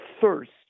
thirst